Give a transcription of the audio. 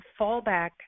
fallback